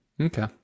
Okay